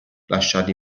lasciati